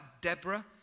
Deborah